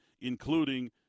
including